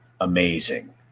amazing